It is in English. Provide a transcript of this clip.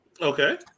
Okay